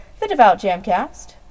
TheDevoutJamCast